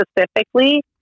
specifically